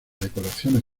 decoraciones